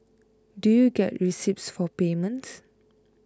do you get receipts for payments